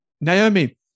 Naomi